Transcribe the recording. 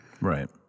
Right